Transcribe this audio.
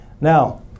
Now